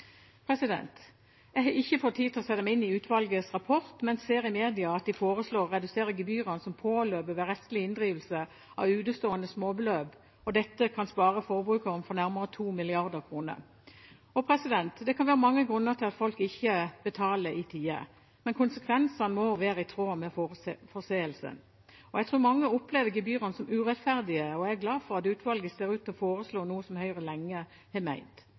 Jeg har ikke fått tid til å sette meg inn i utvalgets rapport, men ser i media at de foreslår å redusere gebyrene som påløper ved rettslig inndrivelse av utestående småbeløp, og at dette kan spare forbrukerne for nærmere 2 mrd. kroner. Det kan være mange grunner til at folk ikke betaler i tide, men konsekvensene må være i tråd med forseelsen. Jeg tror mange opplever gebyrene som urettferdige, og jeg er glad for at utvalget ser ut til å foreslå noe som Høyre lenge har